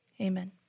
Amen